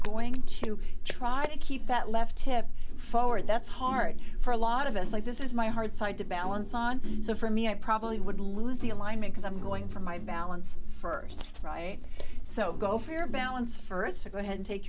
going to try to keep that left hip forward that's hard for a lot of us like this is my hard side to balance on so for me i probably would lose the alignment cause i'm going for my balance first right so go for your balance first or go ahead and take